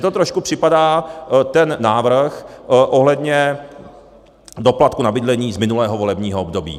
Mně to trošku připadá, ten návrh ohledně doplatku na bydlení z minulého volebního období.